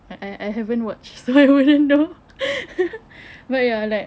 I I I haven't watched so I wouldn't know but ya like